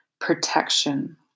protection